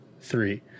three